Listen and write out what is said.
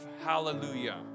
Hallelujah